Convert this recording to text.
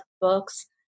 books